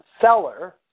seller